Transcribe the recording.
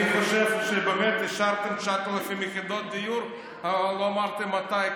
אני חושב שבאמת אישרתם 9,000 יחידות דיור אבל לא אמרתם מתי.